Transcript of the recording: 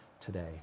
today